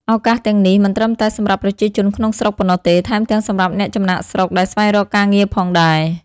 ឱកាសទាំងនេះមិនត្រឹមតែសម្រាប់ប្រជាជនក្នុងស្រុកប៉ុណ្ណោះទេ ថែមទាំងសម្រាប់អ្នកចំណាកស្រុកដែលស្វែងរកការងារផងដែរ។